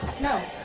no